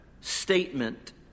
statement